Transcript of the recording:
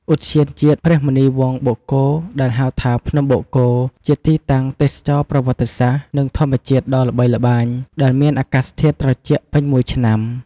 ឧទ្យានជាតិព្រះមុនីវង្សបូកគោ ដែលហៅថា ភ្នំបូកគោ ជាទីតាំងទេសចរណ៍ប្រវត្តិសាស្ត្រ និងធម្មជាតិដ៏ល្បីល្បាញ ដែលមានអាកាសធាតុត្រជាក់ពេញមួយឆ្នាំ។